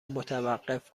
متوقف